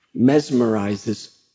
mesmerizes